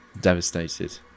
devastated